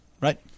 Right